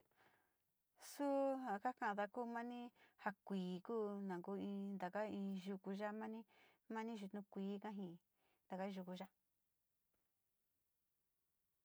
Xuu njakakan ndá kuu mani nja kuin kuu, nakoin ndakain yukú ya'á mani, mani yuu kuí kain ndaka yoko ya'á.